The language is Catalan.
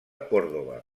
córdoba